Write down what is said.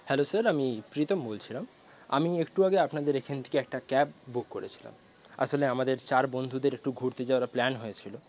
hello sir আমি প্রীতম বলছিলাম আমি একটু আগে আপনাদের এখান থেকে একটা ক্যাব বুক করেছিলাম আসলে আমাদের চার বন্ধুদের একটু ঘুরতে যাওয়ার প্ল্যান হয়েছিল